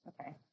Okay